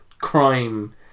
crime